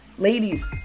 ladies